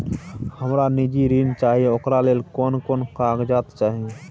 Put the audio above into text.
हमरा निजी ऋण चाही ओकरा ले कोन कोन कागजात चाही?